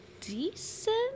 decent